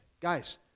Guys